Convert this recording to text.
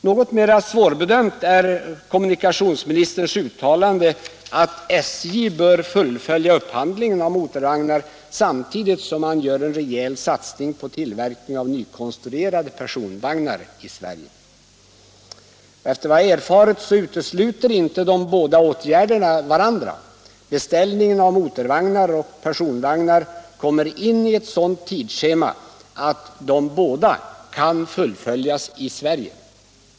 Något mer svårbedömt är kommunikationsministerns uttalande att SJ bör fullfölja upphandlingen av motorvagnar samtidigt som man gör en rejäl satsning på tillverkning av nykonstruerade personvagnar i Sverige. Efter vad jag erfarit utesluter inte de båda åtgärderna varandra. Beställningarna av motorvagnar och personvagnar kommer in i ett sådant tidsskede att de båda kan fullföljas i Sverige.